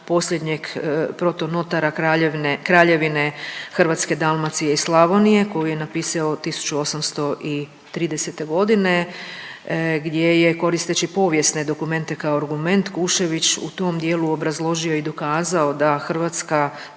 posljednjeg protu notara Kraljevine Hrvatske, Dalmacije i Slavonije koju je napisao 1830. godine gdje je koristeći povijesne dokumente kao argument Kušević u tom dijelu obrazložio i dokazao da Hrvatska